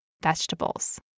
vegetables